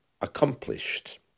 accomplished